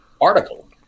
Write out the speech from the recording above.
article